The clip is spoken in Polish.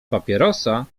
papierosa